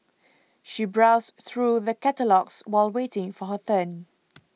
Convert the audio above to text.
she browsed through the catalogues while waiting for her turn